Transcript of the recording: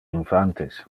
infantes